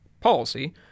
policy